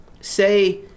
say